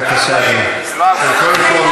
מה לגבי,